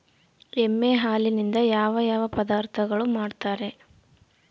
ಎಮ್ಮೆ ಹಾಲಿನಿಂದ ಯಾವ ಯಾವ ಪದಾರ್ಥಗಳು ಮಾಡ್ತಾರೆ?